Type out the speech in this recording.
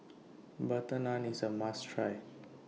Butter Naan IS A must Try